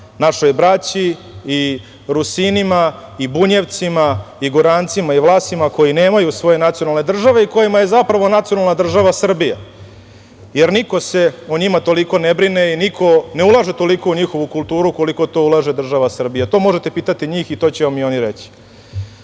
našoj braći i Rusinima, i Bunjevcima, i Gorancima i Vlasima koji nemaju svoje nacionalne države i kojima je zapravo nacionalna država Srbija, jer niko se o njima toliko ne brine i niko ne ulaže toliko u njihovu kulturu koliko to ulaže država Srbija. To možete pitati njih i to će vam i oni reći. Mi